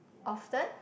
often